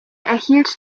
erhielt